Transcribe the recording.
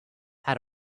had